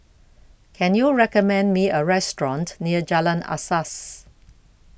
Can YOU recommend Me A Restaurant near Jalan Asas